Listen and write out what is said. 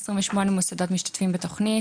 עשרים ושמונה מוסדות משתתפים בתכנית.